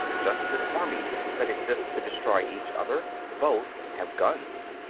just as armies that exist to destroy each other both have guns.